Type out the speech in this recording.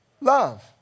love